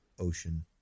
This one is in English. Ocean